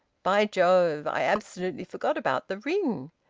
by jove! i absolutely forgot about the ring!